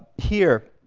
here,